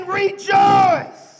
rejoice